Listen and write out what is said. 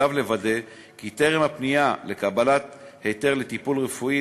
עליו לוודא כי טרם הפנייה לקבלת היתר לטיפול רפואי